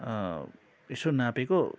यसो नापेको